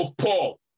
Paul